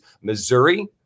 Missouri